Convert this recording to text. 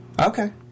Okay